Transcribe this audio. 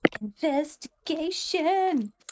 Investigation